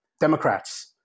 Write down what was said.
Democrats